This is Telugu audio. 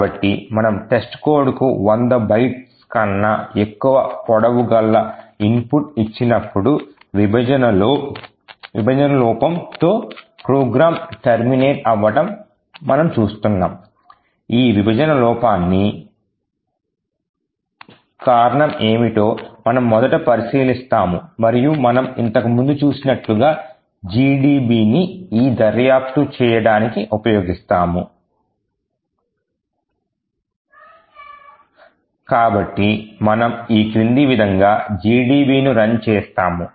కాబట్టి మనము testcodeకు 100 bytes కన్నా ఎక్కువ పొడవు గల input ఇచ్చినప్పుడు విభజనలోపంతో ప్రోగ్రాం టెర్మినేట్ అవ్వటం మనం చూస్తున్నాం ఈ విభజన లోపానికి కారణం ఏమిటో మనం మొదట పరిశీలిస్తాము మరియు మనం ఇంతకు ముందు చూసినట్లుగా GDBని ఈ దర్యాప్తు చేయడానికి ఉపయోగిస్తాము కాబట్టి మనము ఈ క్రింది విధంగా GDBను రన్ చేస్తాము